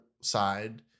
side